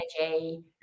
energy